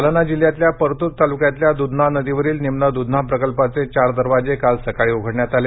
जालना जिल्ह्यातल्या परतूर तालुक्यातल्या द्धना नदीवरील निम्न द्धना प्रकल्पाचे चार दरवाजे काल सकाळी उघडण्यात आले